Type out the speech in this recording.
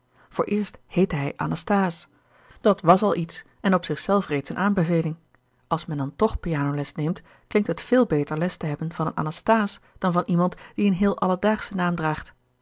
vooreerst heette hij anasthase dat was al iets en op zich zelf reeds eene aanbeveling als men dan toch pianoles neemt klinkt het veel beter les te hebben van een anasthase dan van iemand die een heel alledaagschen naam draagt